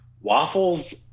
waffles